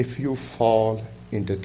if you fall into